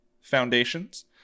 Foundations